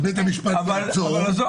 בית המשפט יעצור,